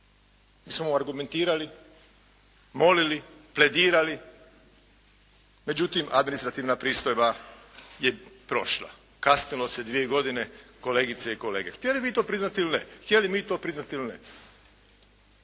mi smo mu argumentirali, molili, pledirali, međutim administrativna pristojba je prošla. Kasnilo se dvije godine kolegice i kolege. Htjeli mi to priznati ili ne. Htjeli mi to priznati ili ne.